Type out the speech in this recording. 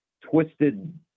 twisted